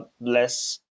less